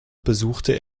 besuchte